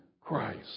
Christ